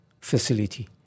facility